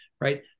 right